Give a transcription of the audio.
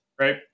right